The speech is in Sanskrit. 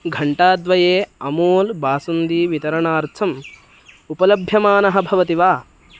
घण्टाद्वये अमोल् बासुन्दीवितरणार्थम् उपलभ्यमानः भवति वा